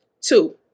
Two